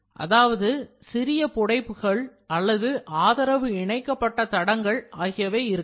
அதாவது சிறிய புடைப்புகள் அல்லது ஆதரவுகள் இணைக்கப்பட்ட தடங்கள் ஆகியவை இருக்கலாம்